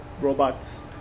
robots